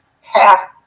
half